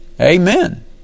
Amen